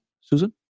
Susan